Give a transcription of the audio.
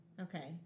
Okay